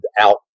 out